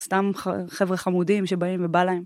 סתם חבר'ה חמודים שבאים ובא להם.